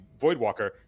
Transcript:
Voidwalker